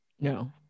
no